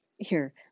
Here